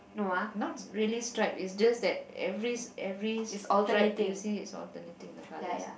not really stripe is just that every every stripe you see is alternating the colours